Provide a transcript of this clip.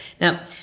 Now